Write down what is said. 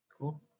Cool